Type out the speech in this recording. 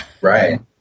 Right